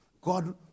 God